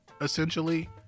essentially